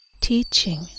teaching